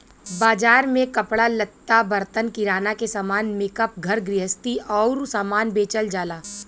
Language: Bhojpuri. बाजार में कपड़ा लत्ता, बर्तन, किराना के सामान, मेकअप, घर गृहस्ती आउर सामान बेचल जाला